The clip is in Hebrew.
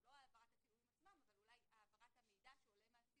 לא העברת הצילומים עצמם אבל אולי מידע שעולה מהם